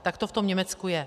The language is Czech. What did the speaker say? Tak to v tom Německu je.